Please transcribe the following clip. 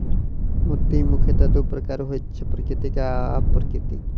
मोती मुखयतः दू प्रकारक होइत छै, प्राकृतिक आ अप्राकृतिक